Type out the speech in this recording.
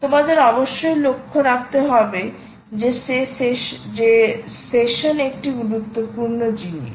তোমাদের অবশ্যই লক্ষ্য রাখতে হবে যে সে সেশন একটি গুরুত্বপূর্ণ জিনিস